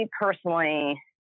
personally